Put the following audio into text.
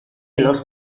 los